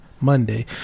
Monday